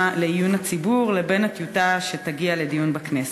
לעיון הציבור לבין הטיוטה שתגיע בקרוב לכנסת.